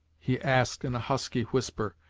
he asked in a husky whisper,